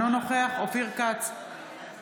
אינו נוכח אופיר כץ,